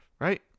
Right